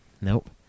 nope